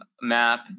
map